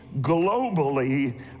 globally